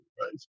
right